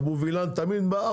אבו וילן תמיד בא,